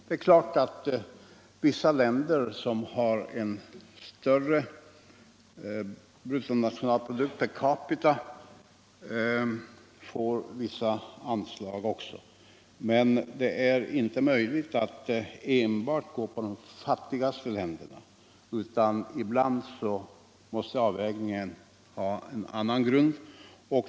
Det är klart att länder som har en större bruttonationalprodukt per capita också får vissa anslag. Men det är inte möjligt att enbart gå på de fattigaste länderna, utan avvägningen måste ibland ha en annan grund.